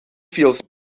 feels